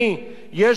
יש פה "ג'יהאד אסלאמי",